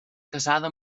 casada